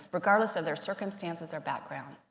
regardless of their circumstances or background,